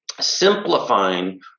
simplifying